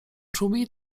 czubi